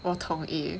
我同意